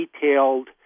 detailed